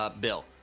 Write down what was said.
bill